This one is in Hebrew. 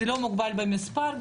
זה לא מוגבל במספר.